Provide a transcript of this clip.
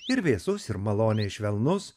ir vėsus ir maloniai švelnus